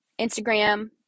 Instagram